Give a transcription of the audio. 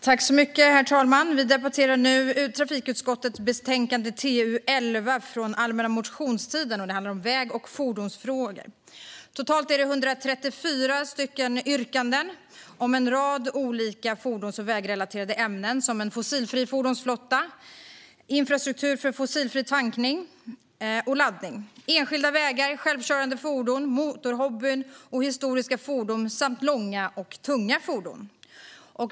Herr talman! Vi debatterar nu trafikutskottets betänkande TU11, där motioner från allmänna motionstiden behandlas. Det handlar om väg och fordonsfrågor. Totalt är det 134 yrkanden om en rad olika fordons och vägrelaterade ämnen, som en fossilfri fordonsflotta, infrastruktur för fossilfri tankning och laddning, enskilda vägar, självkörande fordon, motorhobbyn och historiska fordon samt långa och tunga fordon.